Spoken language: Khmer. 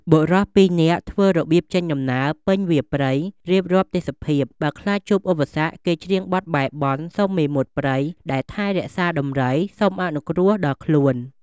បុរសពីរនាក់ធ្វើរបៀបចេញដំណើរ ពេញវាលព្រៃ រៀបរាប់ទេសភាព ។ បើខ្លាចជួបឧបសគ្គ គេច្រៀងបែរបន់ សុំមេមត់ព្រៃ ដែលថែរក្សាដំរី សុំអនុគ្រោះដល់ខ្លួន។